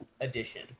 Edition